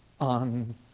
on